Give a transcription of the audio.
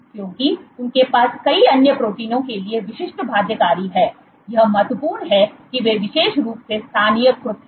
क्योंकि उनके पास कई अन्य प्रोटीनों के लिए विशिष्ट बाध्यकारी है यह महत्वपूर्ण है कि वे विशेष रूप से स्थानीयकृत हैं